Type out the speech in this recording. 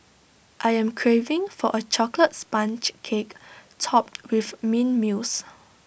I am craving for A Chocolate Sponge Cake Topped with Mint Mousse